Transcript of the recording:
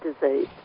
disease